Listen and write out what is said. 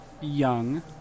young